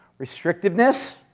restrictiveness